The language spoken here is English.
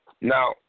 Now